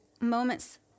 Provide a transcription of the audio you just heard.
moments